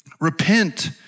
repent